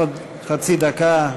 עוד חצי דקה,